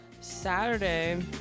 saturday